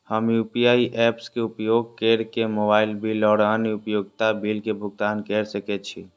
हम UPI apps के उपयोग केर के मोबाइल बिल और अन्य उपयोगिता बिल के भुगतान केर सके छी